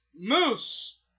Moose